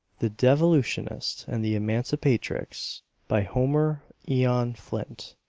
the devolutionist and the emancipatrix by homer eon flint